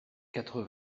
quatre